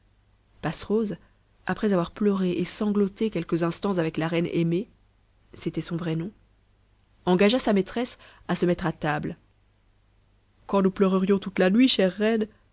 passerose après avoir pleuré et sangloté quelques instants avec la reine aimée c'était son vrai nom engagea sa maîtresse à se mettre à table quand nous pleurerions toute la nuit chère reine